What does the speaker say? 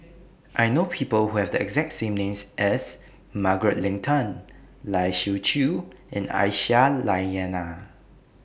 I know People Who Have The exact name as Margaret Leng Tan Lai Siu Chiu and Aisyah Lyana